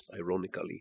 ironically